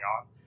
on